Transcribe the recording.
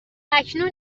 اکنون